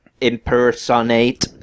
Impersonate